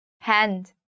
Hand